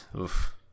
oof